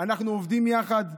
אנחנו עובדים יחד.